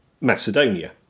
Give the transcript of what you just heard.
Macedonia